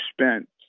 spent